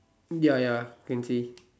ya ya can see